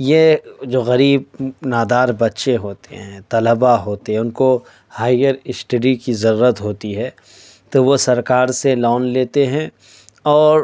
یہ جو غریب نادار بچے ہوتے ہیں طلبہ ہوتے ہیں ان کو ہائیر اسٹڈی کی ضرورت ہوتی ہے تو وہ سرکار سے لون لیتے ہیں اور